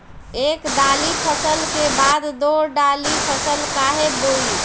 एक दाली फसल के बाद दो डाली फसल काहे बोई?